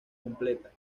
completa